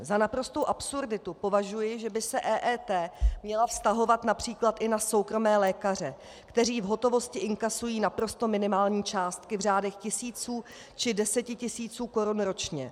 Za naprostou absurditu považuji, že by se EET měla vztahovat například i na soukromé lékaře, kteří v hotovosti inkasují naprosto minimální částky v řádech tisíců či desetitisíců korun ročně.